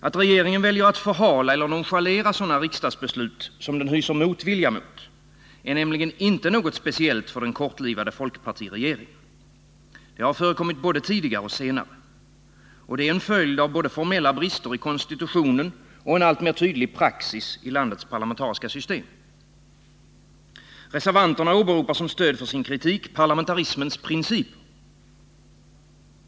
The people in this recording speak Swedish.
Att regeringen väljer att förhala eller nonchalera riksdagsbeslut som den hyser motvilja mot är nämligen inte något speciellt för den kortlivade folkpartiregeringen. Det har förekommit både tidigare och senare. Och det är en följd av både formella brister i konstitutionen och en allt mer tydlig praxis i landets parlamentariska system. Reservanterna åberopar som stöd för sin kritik parlamentarismens principer.